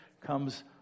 comes